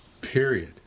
Period